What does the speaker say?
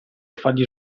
fargli